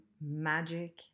magic